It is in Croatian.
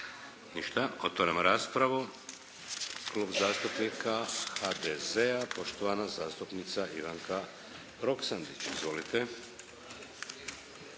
Ništa. Otvaram raspravu. Klub zastupnika HDZ-a, poštovana zastupnica Ivanka Roksandić. Izvolite.